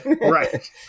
Right